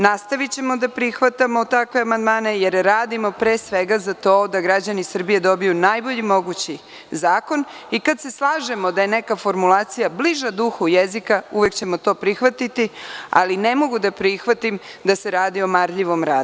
Nastavićemo da prihvatamo takve amandmane, jer radimo za to da građani Srbije dobiju najbolji mogući zakon. kada se slažemo da je neka formulacija bliža duhu jezika, uvek ćemo to prihvatiti, ali ne mogu da prihvatim da se radi o marljivom radu.